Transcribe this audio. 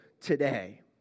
today